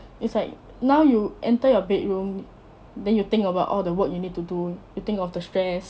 is like now you enter your bedroom then you think about all the work you need to do you think of the stress